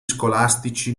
scolastici